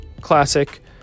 classic